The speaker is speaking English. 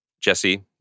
Jesse